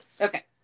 okay